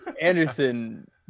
Anderson